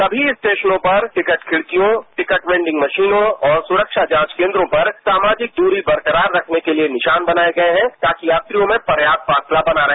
समी स्टेशनों पर टिकट खिड़कियों टिकट वेंडिंगमशीनों और सुरक्षा जांच केन्द्रों पर सामाजिक दूरी बरकरार रखने के लिए निशान बनायेगये हैं ताकि यात्रियों में पर्यात फासला बना रहे